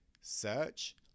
search